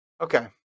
okay